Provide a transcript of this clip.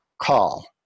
Call